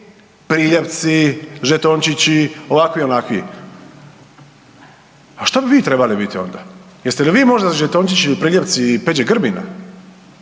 priljepci, žetončići, ovakvi i onakvi. A što bi vi trebali biti onda, jeste li vi možda žetončići il priljepci Peđi Grbina,